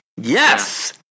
Yes